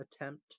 attempt